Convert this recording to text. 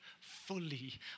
fully